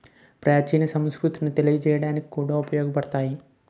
ప్రాచీన సంస్కృతిని తెలియజేయడానికి కూడా ఉపయోగపడతాయి